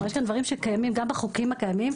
יש כאן דברים שקיימים גם בחוקים הקיימים,